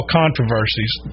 controversies